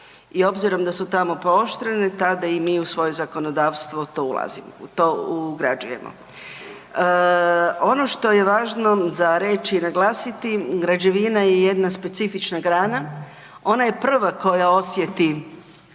i obzirom da su tamo pooštrene tada i mi u svoje zakonodavstvo to ulazimo, to ugrađujemo. Ono što je važno za reći i naglasiti, građevina je jedna specifična grana, ona je prva koja osjeti